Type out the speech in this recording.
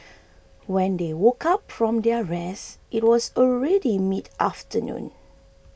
when they woke up from their rest it was already midafternoon